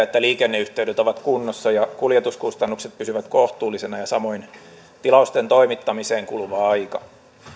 että liikenneyhteydet ovat kunnossa ja kuljetuskustannukset pysyvät kohtuullisena ja samoin tilausten toimittamiseen kuluva aika